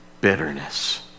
Bitterness